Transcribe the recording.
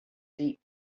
deep